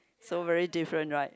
so very different right